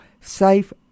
safe